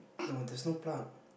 no there's no plug